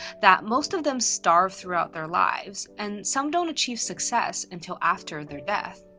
that most of them starve throughout their lives, and some don't achieve success until after their death.